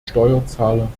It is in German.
steuerzahler